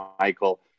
Michael